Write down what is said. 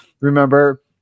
remember